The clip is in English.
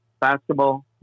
basketball